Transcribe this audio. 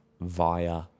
via